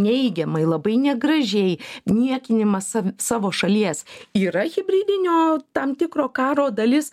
neigiamai labai negražiai niekinimas savo šalies yra hibridinio tam tikro karo dalis